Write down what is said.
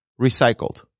recycled